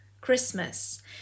Christmas